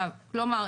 כלומר,